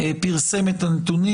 פרסם את הנתונים.